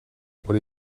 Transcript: what